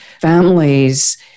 families